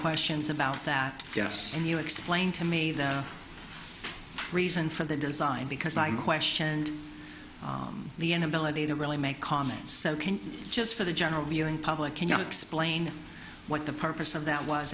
questions about that yes and you explained to me the reason for the design because i questioned the inability to really make comments just for the general viewing public can you explain what the purpose of that was